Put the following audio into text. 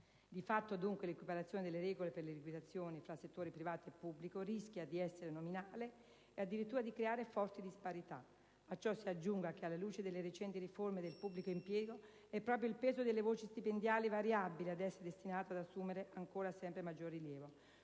Di fatto, dunque, l'equiparazione delle regole per le liquidazioni tra settore privato e settore pubblico rischia di essere solo nominale, o addirittura di creare forti disparità. A ciò si aggiunga che, alla luce delle recenti riforme del pubblico impiego, è proprio il peso delle voci stipendiali variabili ad essere destinato ad assumere sempre maggior rilievo.